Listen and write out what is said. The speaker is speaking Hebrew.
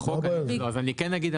אז אני כן אגיד,